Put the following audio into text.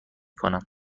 کنم